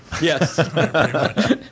Yes